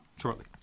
shortly